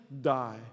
die